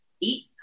eat